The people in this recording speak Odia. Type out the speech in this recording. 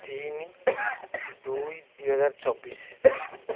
ତିନି ଦୁଇ ଦିହଜାର ଚବିଶ